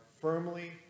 firmly